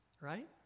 right